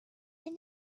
and